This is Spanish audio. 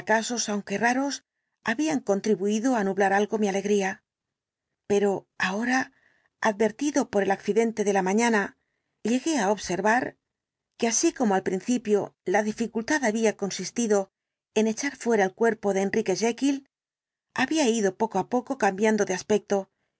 fracasos aunque raros habían contribuido á nublar algo mi alegría pero ahora advertido por el accidente de la mañana llegué á observar que el dr jekyll así como al principio la dificultad había consistido en echar fuera el cuerpo de enrique jekyll había ido poco á poco cambiando de aspecto